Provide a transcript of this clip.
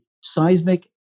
seismic